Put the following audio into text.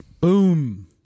Boom